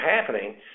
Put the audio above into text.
happening